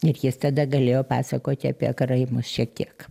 ir jis tada galėjo pasakoti apie karaimus šiek tiek